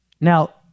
Now